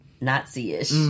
Nazi-ish